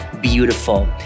beautiful